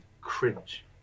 cringe